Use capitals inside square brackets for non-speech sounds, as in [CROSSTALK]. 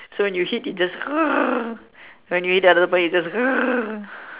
so when you hit it it's just [NOISE] when you hit the other ball it's just [NOISE]